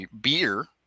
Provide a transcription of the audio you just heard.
beer